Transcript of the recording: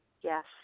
Yes